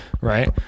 right